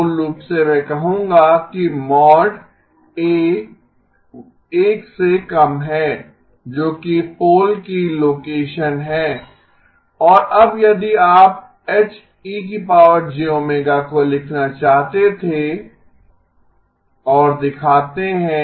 मूल रूप से मैं कहूंगा कि मॉड a 1 से कम है जो कि पोल की लोकेशन है और अब यदि आप H e jω को लिखना चाहते थे arg H e jωϕ ω और दिखाते हैं